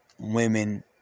women